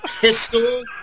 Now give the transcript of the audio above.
pistol